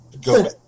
Go